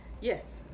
yes